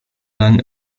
lang